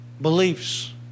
beliefs